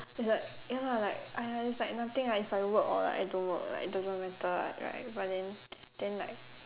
it's like ya lah like !aiya! it's like nothing lah if I work or like I don't work it doesn't matter what right but then then like